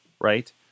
Right